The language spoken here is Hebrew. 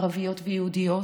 ערביות ויהודיות?